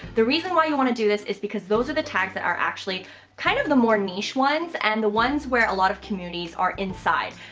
the reason why you want to do this is because those are the tags that are actually kind of the more niche ones, and the ones where a lot of communities are inside.